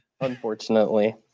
Unfortunately